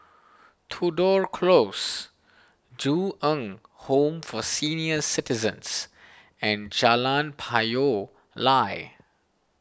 Tudor Close Ju Eng Home for Senior Citizens and Jalan Payoh Lai